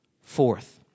Fourth